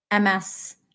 MS